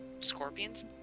Scorpions